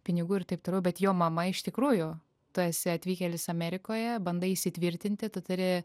pinigų ir taip toliau bet jo mama iš tikrųjų tu esi atvykėlis amerikoje bandai įsitvirtinti tu turi